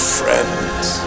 friends